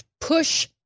push